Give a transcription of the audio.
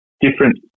different